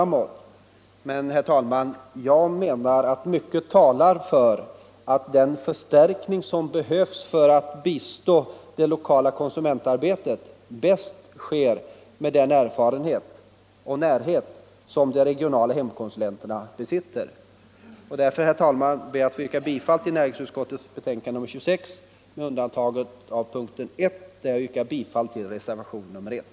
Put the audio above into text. Men, herr talman, jag menar att mycket talar för att den förstärkning som behövs för att bistå det lokala konsumentarbetet bäst sker med den erfarenhet — och närhet — som de regionala hemkonsulenterna besitter. Därför, herr talman, ber jag att få yrka bifall till utskottets hemställan i näringsutskottets betänkande nr 26 med undantag av punkten 1, där jag yrkar bifall till reservationen 1.